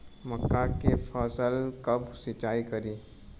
मका के फ़सल कब सिंचाई करी?